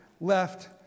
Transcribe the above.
left